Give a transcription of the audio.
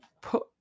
put